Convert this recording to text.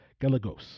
Galagos